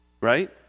Right